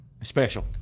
special